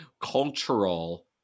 cultural